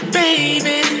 baby